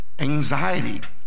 Anxiety